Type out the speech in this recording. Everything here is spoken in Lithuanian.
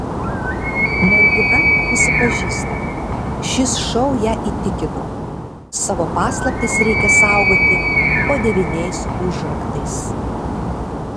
mergina prisipažįsta šis šou ją įtikino savo paslaptis reikia saugoti po devyniais užraktais